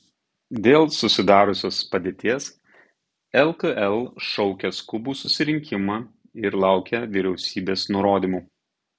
dėl susidariusios padėties lkl šaukia skubų susirinkimą ir laukia vyriausybės nurodymų